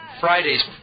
Friday's